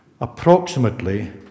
Approximately